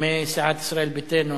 מסיעת ישראל ביתנו